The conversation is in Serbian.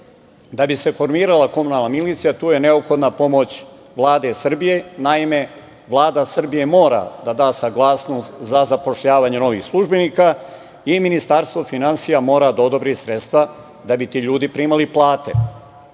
da bi se formirala komunalna milicija, tu je neophodna pomoć Vlade Srbije, naime Vlada Srbije mora da da saglasnost za zapošljavanje novih službenika i Ministarstvo finansija mora da odobri sredstva da bi ti ljudi primali plate. Po